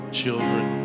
children